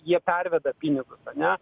jie perveda pinigus ane